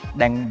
đang